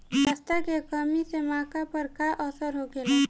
जस्ता के कमी से मक्का पर का असर होखेला?